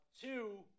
two